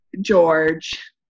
George